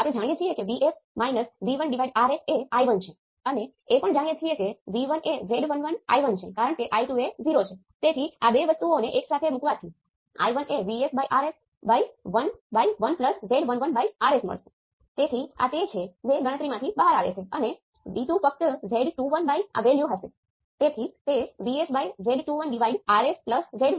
તેથી જ્યારે કેવળ રેઝિસ્ટિવ નેટવર્ક્સ અને આવશ્યકપણે રેસિપ્રોકલ એવું નથી કે જ્યારે તમારી પાસે કંટ્રોલ સોર્સ હોય ત્યારે તે નોન રેસિપ્રોકલ હશે આપણે તે શોધવા માટે બે પોર્ટ પેરામિટર નું મૂલ્યાંકન કરવું પડશે